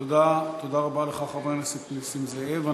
תודה, תודה רבה לך, חבר הכנסת נסים זאב.